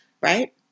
right